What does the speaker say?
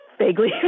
vaguely